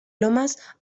lomas